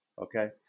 Okay